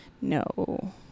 No